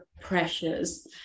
pressures